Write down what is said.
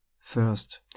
First